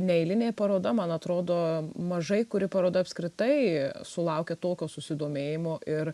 neeilinė paroda man atrodo mažai kuri parodo apskritai sulaukia tokio susidomėjimo ir